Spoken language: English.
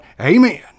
amen